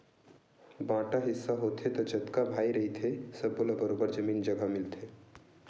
बांटा हिस्सा होथे त जतका भाई रहिथे सब्बो ल बरोबर जमीन जघा मिलथे